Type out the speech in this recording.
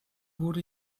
wurde